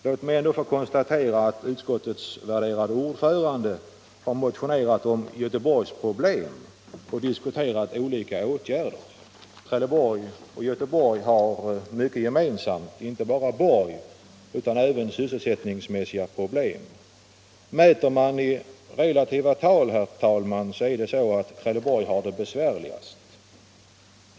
Låt mig ändå få konstatera att utskottets värderade ordförande har motionerat om Göteborgsproblem och diskuterat olika åtgärder. Trelleborg och Göteborg har mycket gemensamt, inte bara slutstavelsen borg utan även sysselsättningsproblem. Mäter man i relativa tal, herr talman, har Trelleborg det besvärligast.